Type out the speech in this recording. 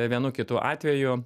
vienu kitu atveju